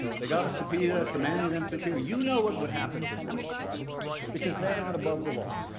they got a subpoena demanding them to appear. you know what would happen to them because they are not above the law.